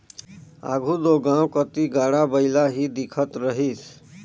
आघु दो गाँव कती गाड़ा बइला ही दिखत रहिस